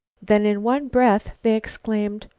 then in one breath they exclaimed,